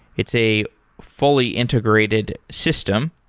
it's a fully integrated system.